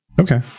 Okay